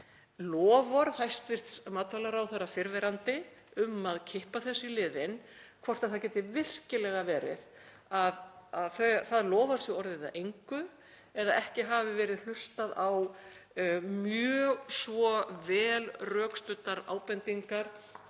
loforð hæstv. matvælaráðherra fyrrverandi um að kippa þessu í liðinn, hvort það geti virkilega verið að það loforð sé orðið að engu eða að ekki hafi verið hlustað á mjög svo vel rökstuddar ábendingar